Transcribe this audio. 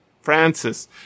Francis